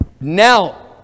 Now